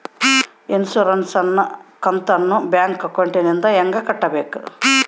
Insurance ಕಂತನ್ನ bank ಅಕೌಂಟಿಂದ ಹೆಂಗ ಕಟ್ಟಬೇಕು?